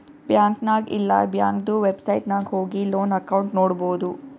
bank ನಾಗ್ ಇಲ್ಲಾ ಬ್ಯಾಂಕ್ದು ವೆಬ್ಸೈಟ್ ನಾಗ್ ಹೋಗಿ ಲೋನ್ ಅಕೌಂಟ್ ನೋಡ್ಬೋದು